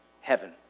Heaven